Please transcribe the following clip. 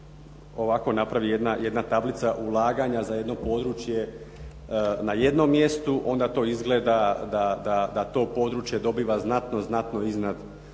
ovako napravi jedna tablica ulaganja za jedno područje na jednom mjestu onda to izgleda da to područje dobiva znatno iznad